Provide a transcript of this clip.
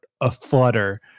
aflutter